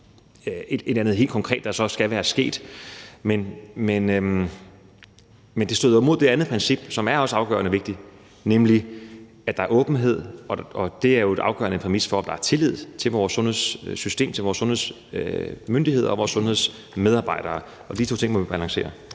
andet helt konkret, der skal være sket. Men det støder jo mod det andet princip, som også er afgørende vigtigt, nemlig at der er åbenhed – det er jo en afgørende præmis for, at der er tillid til vores sundhedssystem, til vores sundhedsmyndigheder og vores sundhedsmedarbejdere. Og de to ting må vi balancere.